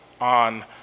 on